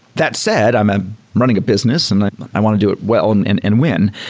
that said, i'm running a business and like i want to do it well and and and win.